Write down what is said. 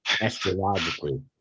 astrologically